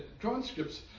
transcripts